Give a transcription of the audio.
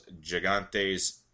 Gigantes